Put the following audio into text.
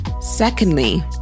secondly